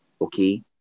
Okay